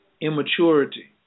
immaturity